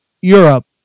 Europe